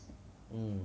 mm